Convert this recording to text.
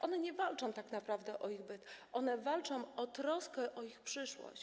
One nie walczą tak naprawdę o ich byt, lecz one walczą o troskę o ich przyszłość.